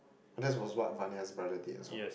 that's was what Vania's brother did as well